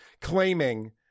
claiming